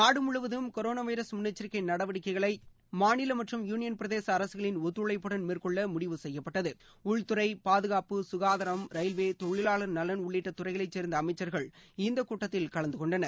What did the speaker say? நாடு முழுவதும் corona virus முன்னெச்சரிக்கை நடவடிக்கைகளை மாநில மற்றும் யூனியன் பிரதேச அரசுகளின் ஒத்துழைப்புடன் மேற்கொள்ள முடிவு செய்யப்பட்டது உள்துறை பாதுகாப்பு சுகாதாரம் ரயில்வே தொழிலாளர் நலன் உள்ளிட்ட துறைகளை சேர்ந்த அமைச்சர்கள் இந்த கூட்டத்தில் கலந்து கொண்டனர்